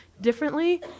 differently